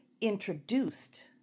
introduced